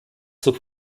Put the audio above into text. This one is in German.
zur